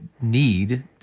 need